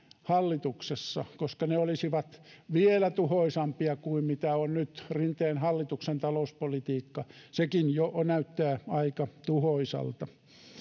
hallituksessa koska ne olisivat vielä tuhoisampia kuin mitä on nyt rinteen hallituksen talouspolitiikka sekin jo näyttää aika tuhoisalta